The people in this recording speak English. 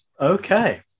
Okay